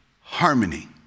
Harmony